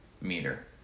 meter